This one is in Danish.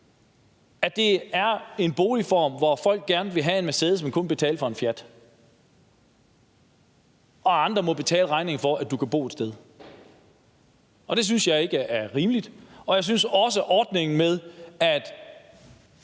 det er en boligform, hvor folk gerne vil have en Mercedes, men kun vil betale for en Fiat, og hvor andre må betale regningen for, at du kan bo et sted, og det synes jeg ikke er rimeligt. Og ordningen med, at